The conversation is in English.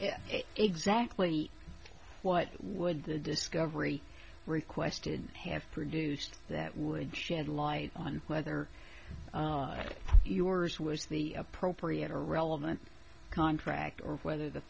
ahead exactly what would the discovery requested have produced that would shed light on whether yours was the appropriate or relevant contract or whether the